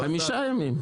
חמישה ימים.